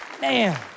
man